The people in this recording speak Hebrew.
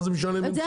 מה זה משנה מי מסדר.